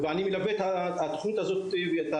כידוע ישיבת הוועדה מוקלטת ומשודרת,